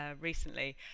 recently